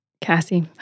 Cassie